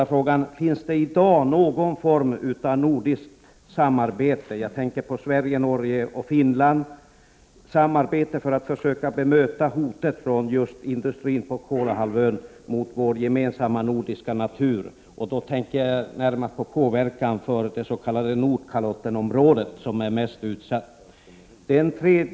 Finns det i dag någon form av samarbete mellan Sverige, Norge och Finland för att försöka bemöta hotet från industrin på Kolahalvön mot vår gemensamma nordiska natur? Då tänker jag närmast på påverkan på det s.k. Nordkalottområdet som är mest utsatt. 3.